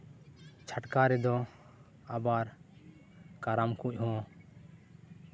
ᱪᱷᱟᱴᱠᱟ ᱨᱮᱫᱚ ᱟᱵᱟᱨ ᱠᱟᱨᱟᱢ ᱠᱚᱦᱚᱸ